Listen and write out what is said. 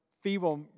feeble